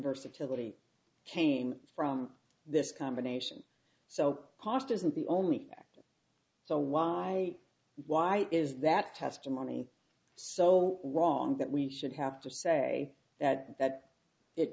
versatility came from this combination so cost isn't the only factor so why why is that testimony so wrong that we should have to say that